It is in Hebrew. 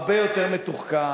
הרבה יותר מתוחכם.